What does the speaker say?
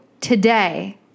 today